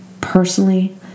personally